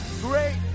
great